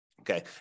Okay